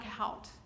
out